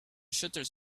shutters